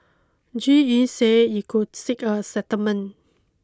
G E say it could seek a settlement